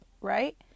right